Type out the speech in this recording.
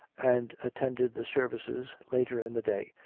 and attended the services later in the day,